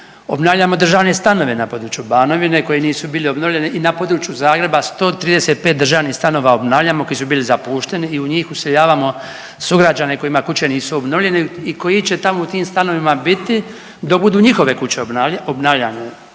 Obnavljamo državne stanove na području Banovine koji nisu bili obnovljeni i na području Zagreba 135 državnih stanova obnavljamo koji su bili zapušteni i u njih useljavamo sugrađane kojima kuće nisu obnovljene i koji će tamo u tim stanovima biti dok budu njihove kuće obnavljane.